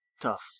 tough